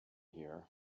here